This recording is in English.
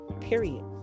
Period